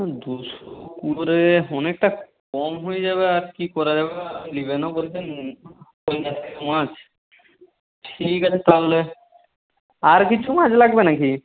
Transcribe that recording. দুশো করে অনেকটা কম হয়ে যাবে আর কী করা যাবে নেবেনও বলছেন মাছ ঠিক আছে তাহলে আর কিছু মাছ লাগবে না কি